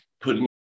putting